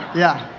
yeah.